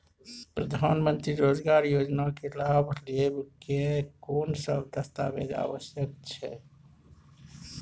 प्रधानमंत्री मंत्री रोजगार योजना के लाभ लेव के कोन सब दस्तावेज आवश्यक छै?